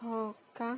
हो का